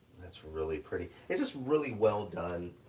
that's really pretty, it's just really well done.